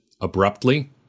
Abruptly